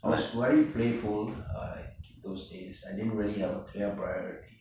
I was very playful uh those days I didn't really have a clear priority